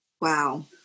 Wow